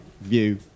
view